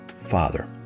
Father